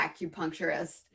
acupuncturist